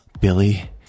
Billy